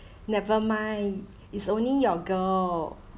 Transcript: never mind it's only your girl